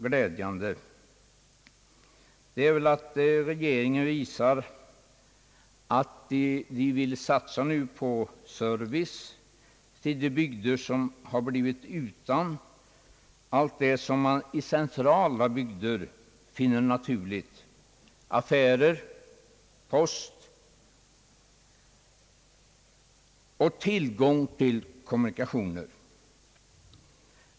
Främst tänker jag därvid på att regeringen nu är villig att satsa på serviceåtgärder för de bygder som blivit utan allt det som man i centrala bygder finner naturligt: affärer, post och tillgång till kommunikationer.